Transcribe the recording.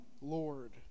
Lord